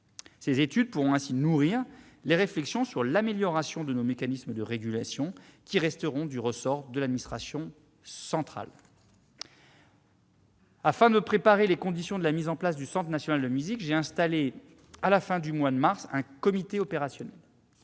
Ces études pourront ainsi nourrir les réflexions sur l'amélioration de nos mécanismes de régulation, qui resteront du ressort de l'administration centrale. Afin de préparer les conditions de la mise en place du Centre national de la musique, j'ai installé, à la fin du mois de mars, un comité opérationnel.